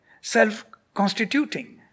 self-constituting